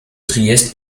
trieste